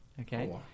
Okay